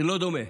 זה לא דומה.